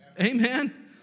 Amen